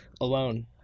alone